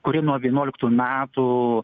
kuri nuo vienuoliktų metų